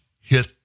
hit